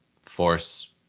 force